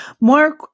Mark